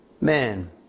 man